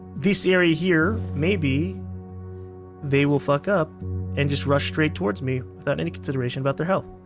this area here, maybe they will fuck up and just rush straight towards me without any consideration about their health.